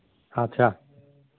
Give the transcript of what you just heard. ᱟᱪᱪᱷᱟ